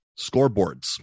scoreboards